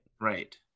Right